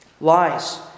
Lies